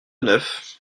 neuf